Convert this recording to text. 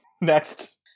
next